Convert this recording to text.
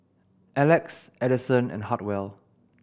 Alex Adison and Hartwell